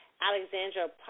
Alexandra